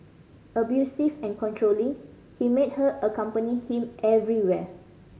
abusive and controlling he made her accompany him everywhere